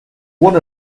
bon